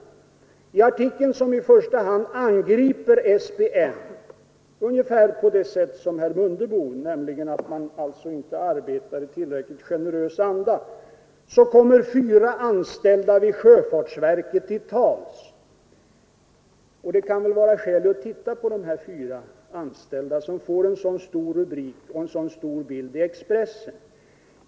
I artikeln, som i första hand angriper SPN — ungefär på samma sätt som herr Mundebo, nämligen genom att hävda att SPN inte arbetar i tillräckligt generös anda — kommer fyra anställda vid sjöfartsverket till tals. Och det kan vara skäl att se på de här fyra anställda som får en så stor rubrik och en så stor bild i Expressen.